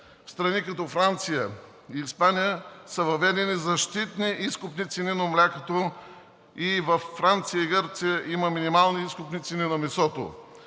в страни като Франция и Испания са въведени защитни изкупни цени на млякото и във Франция и Гърция има минимални изкупни цени на месото!